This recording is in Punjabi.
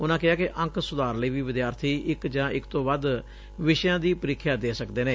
ਉਨਾਂ ਕਿਹੈ ਕਿ ਅੰਕ ਸੁਧਾਰ ਲਈ ਵੀ ਵਿਦਿਆਰਬੀ ਇਕ ਜਾਂ ਇਕ ਤੋਂ ਵੱਧ ਵਿਸ਼ਿਆਂ ਦੀ ਪ੍ਰੀਖਿਆ ਦੇ ਸਕਦੇ ਨੇ